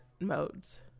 modes